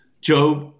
Job